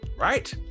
Right